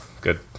Good